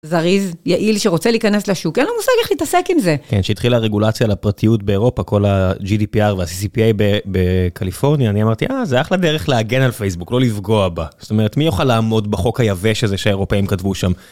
זריז, יעיל, שרוצה להיכנס לשוק - אין לו מושג איך להתעסק עם זה. כן, כשהתחיל הרגולציה על הפרטיות באירופה, כל ה-GDPR וה-CCPA בקליפורניה, אני אמרתי, אה, זה אחלה דרך להגן על פייסבוק, לא לפגוע בה. זאת אומרת, מי יוכל לעמוד בחוק היבש הזה שהאירופאים כתבו שם?